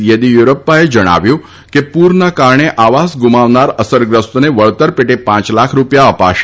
યેદીયુરપ્પાએ જણાવ્યું છે કે પૂરના કારણે આવાસ ગુમાવનાર અસરગ્રસ્તોને વળતર પેટે પાંચ લાખ રૂપિયા અપાશે